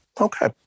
Okay